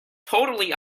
totally